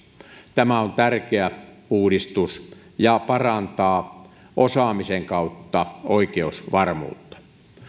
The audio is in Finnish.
tämä on tärkeä uudistus ja parantaa osaamisen kautta oikeusvarmuutta